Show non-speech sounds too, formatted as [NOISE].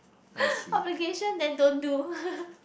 [NOISE] obligation then don't do [LAUGHS]